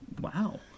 Wow